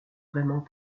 vraiment